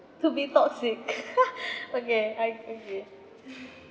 to be toxic okay I okay